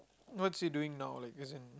what's he doing now like as in